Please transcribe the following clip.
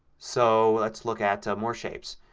so let's look at more shapes.